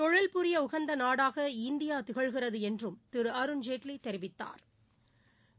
தொழில் புரிய உகந்த நாடாக இந்தியா திகழ்கிறது என்றும் திரு அருண்ஜேட்லி தெரிவித்தாா்